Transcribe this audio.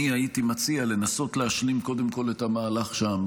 אני הייתי מציע לנסות להשלים קודם כל את המהלך שם,